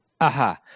Aha